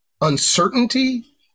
uncertainty